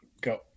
Go